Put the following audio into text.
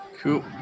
Cool